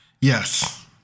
yes